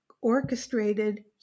orchestrated